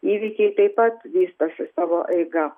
įvykiai taip pat vystosi savo eiga